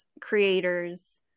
creators